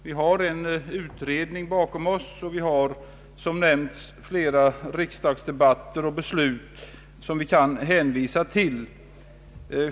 Vi har en utredning bakom oss, och vi har som nämnts flera riksdagsdebatter och beslut att hänvisa till.